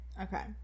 Okay